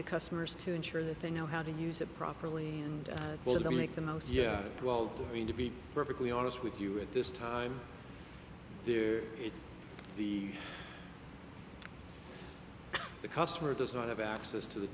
the customers to ensure that they know how to use it properly and sort of make the most yeah well i mean to be perfectly honest with you at this time there is the the customer does not have access to the